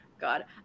god